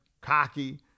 cocky